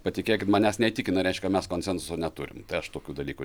patikėkit manęs neįtikina reiškia mes konsensuso neturim tokių dalykų